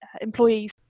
employees